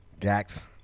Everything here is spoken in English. Gax